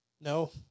No